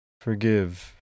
Forgive